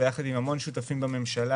ביחד עם המון שותפים בממשלה,